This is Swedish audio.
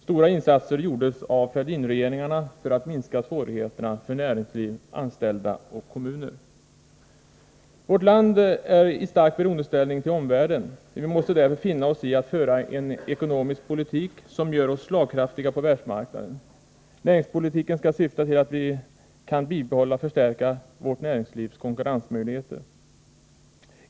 Stora insatser gjordes av Fälldinregeringarna för att minska svårigheterna för näringsliv, anställda och kommuner. Vårt land är i stark beroendeställning till omvärlden. Vi måste därför finna oss i att föra en ekonomisk politik som gör oss slagkraftiga på världsmarknaden. Näringspolitiken skall syfta till att vi kan bibehålla och förstärka vårt näringslivs konkurrensmöjligheter.